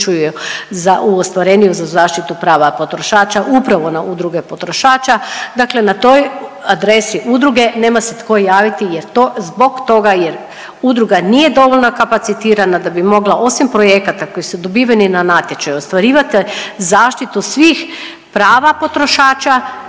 u ostvarenju za zaštitu prava potrošača upravo na udruge potrošača. Dakle, na toj adresu udruge nema se tko javiti jer to, zbog toga jer udruga nije dovoljno kapacitirana da bi osim projekata koji su dobiveni na natječaju ostvarivati zaštitu svih prava potrošača